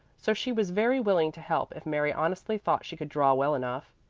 so she was very willing to help if mary honestly thought she could draw well enough.